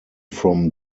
from